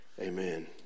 Amen